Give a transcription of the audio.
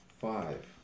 Five